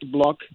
block